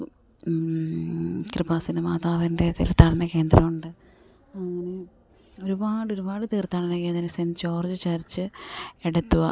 കൃപാസന മാതാവിൻ്റെ തീർത്ഥാടന കേന്ദ്രമുണ്ട് അങ്ങനെ ഒരുപാടൊരുപാട് തീർത്ഥാടന കേന്ദ്രം സെൻറ്റ് ജോർജ് ചർച്ച് എടത്വ